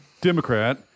Democrat